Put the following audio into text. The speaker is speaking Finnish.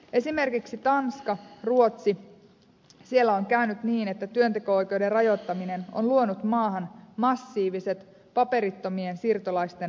esimerkiksi tanskassa ja ruotsissa on käynyt niin että työnteko oikeuden rajoittaminen on luonut maahan massiiviset paperittomien siirtolaisten halpatyömarkkinat